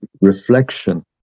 reflection